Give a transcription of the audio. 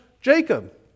jacob